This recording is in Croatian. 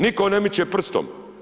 Nitko ne miče prstom.